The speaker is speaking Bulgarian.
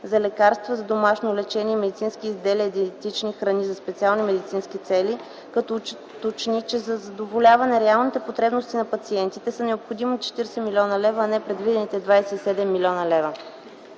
за лекарства за домашно лечение, медицински изделия и диетични храни за специални медицински цели като уточни, че за задоволяване реалните потребности на пациентите са необходими 40 млн. лв., а не предвидените 27 млн. лв.